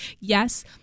Yes